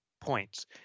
points